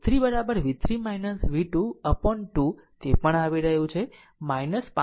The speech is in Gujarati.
અને i3 v3 v2 upon 2 તે પણ આવી રહ્યું છે 5